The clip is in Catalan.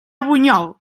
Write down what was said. bunyol